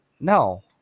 no